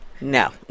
No